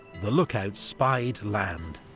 the lookouts spied land.